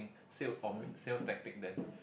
sale or ma~ sales tactic then